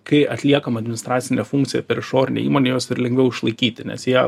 kai atliekam administracinę funkciją per išorinę įmonę juos ir lengviau išlaikyti nes jie